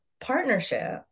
partnership